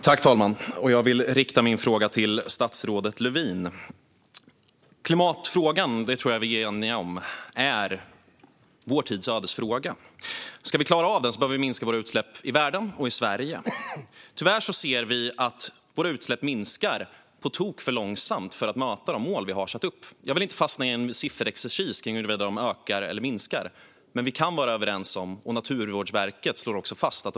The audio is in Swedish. Herr talman! Jag vill rikta min fråga till statsrådet Lövin. Klimatfrågan är vår tids ödesfråga. Det tror jag att vi är eniga om. Ska vi klara av att möta de mål vi har satt upp behöver vi minska våra utsläpp, i världen och i Sverige. Tyvärr ser vi att utsläppen minskar på tok för långsamt för att vi ska möta våra mål. Jag vill inte fastna i en sifferexercis om utsläppen ökar eller minskar. Men vi kan vara överens om att de minskar i en på tok för låg takt.